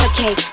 Okay